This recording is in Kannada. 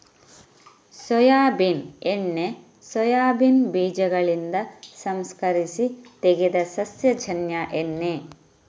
ಸೋಯಾಬೀನ್ ಎಣ್ಣೆ ಸೋಯಾಬೀನ್ ಬೀಜಗಳಿಂದ ಸಂಸ್ಕರಿಸಿ ತೆಗೆದ ಸಸ್ಯಜನ್ಯ ಎಣ್ಣೆ